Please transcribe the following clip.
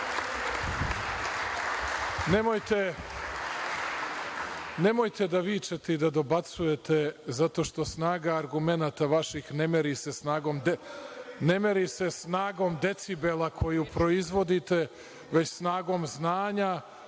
nemojte da vičete i da dobacujete, zato što snaga argumenata vaših ne meri se snagom decibela koju proizvodite, već snagom znanja,